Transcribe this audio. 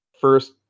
first